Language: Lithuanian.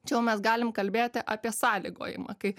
čia jau mes galim kalbėti apie sąlygojimą kai